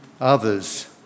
others